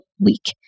week